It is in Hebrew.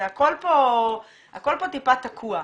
הכל פה טיפה תקוע.